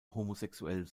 homosexuell